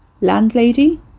Landlady